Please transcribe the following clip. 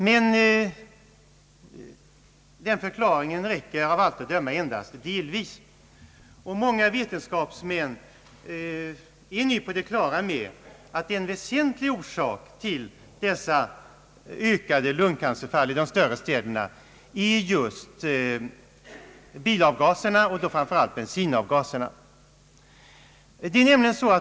Men den förklaringen räcker av allt att döma endast delvis, och många vetenskapsmän hävdar nu att en väsentlig orsak till denna ökning av antalet lungcancerfall i de större städerna är just bilavgaserna och då framför allt bensinavgaserna.